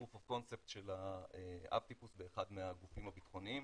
of concept של אב הטיפוס באחד מהגופים הביטחוניים